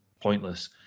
Pointless